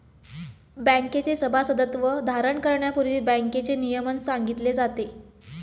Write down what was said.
बँकेचे सभासदत्व धारण करण्यापूर्वी बँकेचे नियमन सांगितले जाते